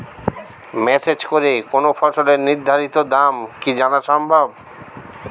Message করে কোন ফসলের নির্ধারিত দাম কি জানা সম্ভব?